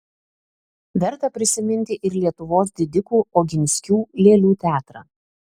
verta prisiminti ir lietuvos didikų oginskių lėlių teatrą